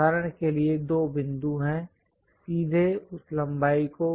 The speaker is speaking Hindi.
उदाहरण के लिए दो बिंदु हैं सीधे उस लंबाई को